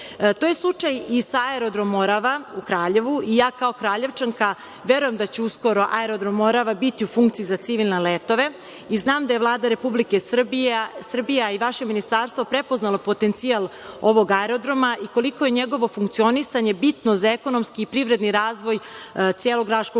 je slučaj i sa Aerodromom „Morava“ u Kraljevu. Ja kao Kraljevčanka verujem da će uskoro Aerodrom „Morava“ biti u funkciji za civilne letove. Znam da je Vlada Republike Srbije, a i vaše Ministarstvo prepoznalo potencijal ovog aerodroma i koliko je njegovo funkcionisanje bitno za ekonomski i privredni razvoj celog Raškog okruga. Treba